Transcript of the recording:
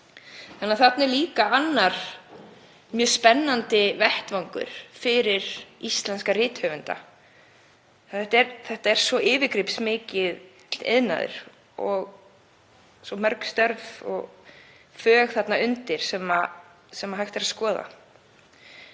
Þarna er annar mjög spennandi vettvangur fyrir íslenska rithöfunda. Þetta er svo yfirgripsmikill iðnaður og svo mörg störf og fög þarna undir sem hægt er að skoða.